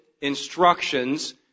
instructions